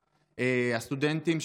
הסטודנטים,